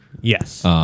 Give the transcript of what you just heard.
Yes